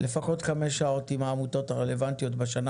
לפחות חמש שעות עם העמותות הרלוונטיות בשנה